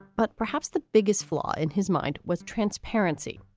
but perhaps the biggest flaw in his mind was transparency.